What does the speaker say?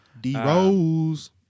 D-Rose